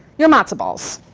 your matzah balls.